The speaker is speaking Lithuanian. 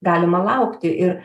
galima laukti ir